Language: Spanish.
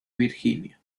virginia